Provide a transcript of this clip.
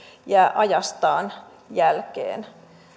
jää ajastaan jälkeen